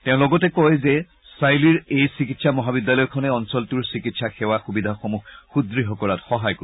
তেওঁ লগতে কয় যে ছায়লীৰ এই চিকিৎসা মহাবিদ্যালয়খনে অঞ্চলটোৰ চিকিৎসা সেৱা সুবিধাসমূহ সুদ্ঢ কৰাত সহায় কৰিব